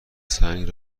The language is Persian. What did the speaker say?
سنگ